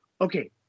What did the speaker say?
Okay